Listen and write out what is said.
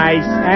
Nice